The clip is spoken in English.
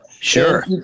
Sure